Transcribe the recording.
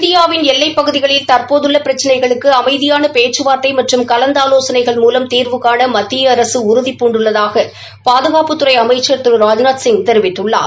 இந்தியாவின் எல்லைப்பகுதிகளில் தற்போதுள்ள பிரச்சிளைகளுக்கு அமைதியான பேச்சுவார்த்தை மற்றும் கலந்தாலோசனைகள் மூலம் தீர்வுகாண மத்திய அரசு உறுதிபூண்டுள்ளதாக பாதுகாப்புத்துறை அமைச்சர் திரு ராஜ்நாத்சிங் தெரிவித்துள்ளார்